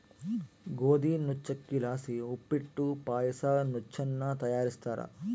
ಗೋದಿ ನುಚ್ಚಕ್ಕಿಲಾಸಿ ಉಪ್ಪಿಟ್ಟು ಪಾಯಸ ನುಚ್ಚನ್ನ ತಯಾರಿಸ್ತಾರ